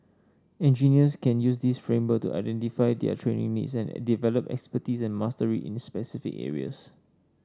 engineers can use this framework to identify their training needs and develop expertise and mastery in specific areas